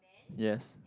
yes